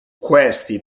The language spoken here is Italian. questi